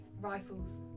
rifles